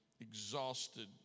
exhausted